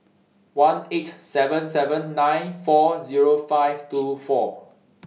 one eight seven seven nine four Zero five two four